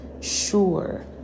sure